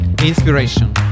Inspiration